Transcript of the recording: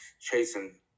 chasing